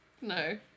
no